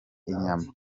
inyama